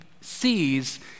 sees